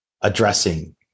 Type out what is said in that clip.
addressing